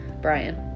Brian